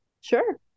Sure